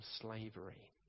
slavery